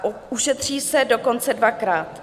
A ušetří se dokonce dvakrát.